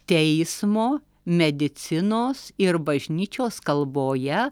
teismo medicinos ir bažnyčios kalboje